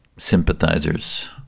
Sympathizers